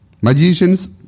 Magicians